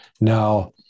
Now